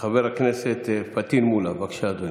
חבר הכנסת פטין מולא, בבקשה, אדוני.